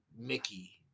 Mickey